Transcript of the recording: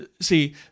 see